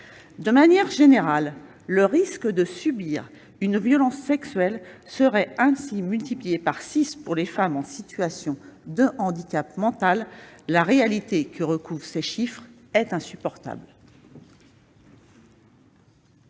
De manière générale, le risque de subir une violence sexuelle serait ainsi multiplié par six pour les femmes en situation de handicap mental. La réalité que recouvrent ces chiffres est insupportable